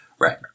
Right